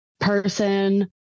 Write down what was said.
person